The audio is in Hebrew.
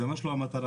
זו ממש לא המטרה.